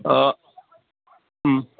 अ